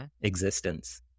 existence